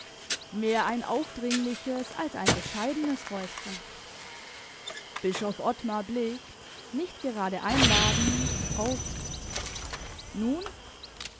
mehr ein aufdringliches als ein bescheidenes räuspern bischof ottmar blickt nicht gerade einladend auf nun